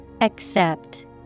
Accept